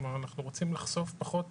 כלומר, אנחנו רוצים לחשוף פחות